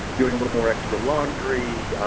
doing a little more extra laundry.